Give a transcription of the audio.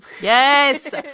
Yes